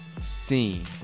seen